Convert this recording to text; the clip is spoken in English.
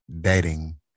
dating